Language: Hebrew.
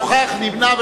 נוכח, נמנע.